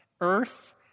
earth